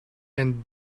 and